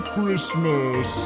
Christmas